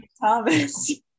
Thomas